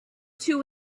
two